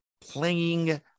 playing